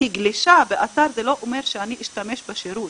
גלישה באתר זה לא אומר שאני אשתמש בשירות,